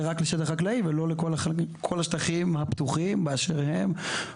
רק לשטח חקלאי ולא לכל השטחים הפתוחים באשר הם,